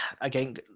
again